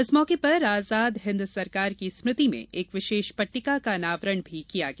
इस मौके पर आजाद हिन्द सरकार की स्मृति में एक विशेष पट्टिका का अनावरण भी किया गया